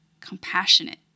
compassionate